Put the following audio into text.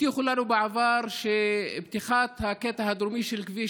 הבטיחו לנו בעבר שפתיחת הקטע הדרומי של כביש